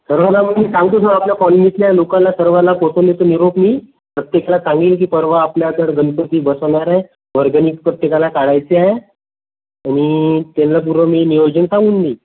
सर्वाला मग मी सांगतो सं आपल्या कॉलनीतल्या लोकाला सर्वाला पोचवून येतो निरोप मी प्रत्येकाला सांगीन की परवा आपल्याकडं गणपती बसवणार आहे वर्गणी प्रत्येकाला काढायची आहे आणि त्याला पूर्व मी नियोजन सांगून देईन